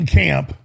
camp